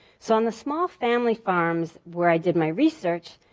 so on the small family farms where i did my research,